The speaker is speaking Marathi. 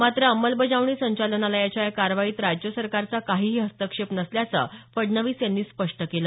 मात्र अंमलबजावणी संचालनालयाच्या या कारवाईत राज्य सरकारचा काहीही हस्तक्षेप नसल्याचं फडणवीस यांनी स्पष्ट केलं